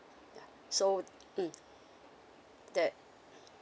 so mm that